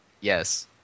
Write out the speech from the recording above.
Yes